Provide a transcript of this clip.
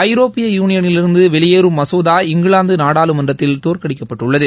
ஐரோப்பிய யுனியனிலிருந்து வெளியேறும் மசோதா இங்கிலாந்து நாடாளுமன்றத்தில் தோற்கடிக்கப்பட்டுள்ளது